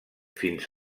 fins